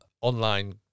online